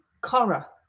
Cora